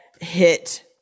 hit